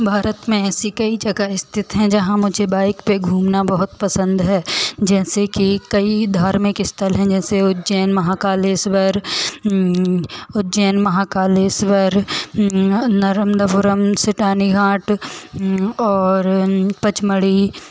भारत में ऐसी कई जगह स्थित हैं जहाँ मुझे बाइक पर घूमना बहुत पसंद है जैसे कि कई धार्मिक स्थल हैं जैसे उज्जैन महाकालेश्वर उज्जैन महाकालेश्वर नार्म्नार्वो सितानीघाट और पंचमढ़ी